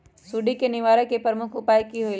सुडी के निवारण के प्रमुख उपाय कि होइला?